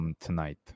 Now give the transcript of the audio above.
tonight